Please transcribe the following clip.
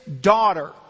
daughter